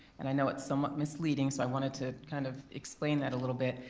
and i know it's somewhat misleading so i wanted to kind of explain that a little bit.